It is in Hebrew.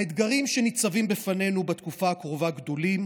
האתגרים שניצבים בפנינו בתקופה הקרובה גדולים.